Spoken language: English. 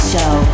Show